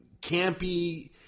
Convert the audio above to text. campy